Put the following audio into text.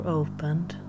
opened